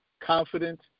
confident